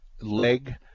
leg